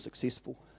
successful